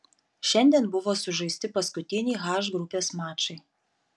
šiandien buvo sužaisti paskutiniai h grupės mačai